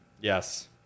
Yes